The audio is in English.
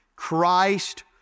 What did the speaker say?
Christ